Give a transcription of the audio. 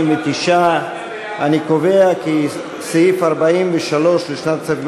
59. אני קובע כי סעיף 43 לשנת הכספים